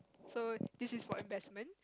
so this is for investment